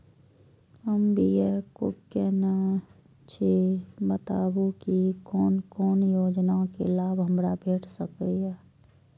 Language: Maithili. हम बी.ए केनै छी बताबु की कोन कोन योजना के लाभ हमरा भेट सकै ये?